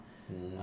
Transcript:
mm